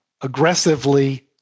aggressively